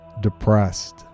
depressed